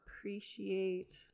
appreciate